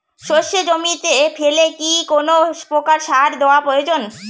সর্ষে জমিতে ফেলে কি কোন প্রকার সার দেওয়া প্রয়োজন?